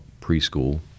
preschool